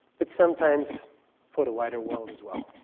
but sometimes for the wider world as well.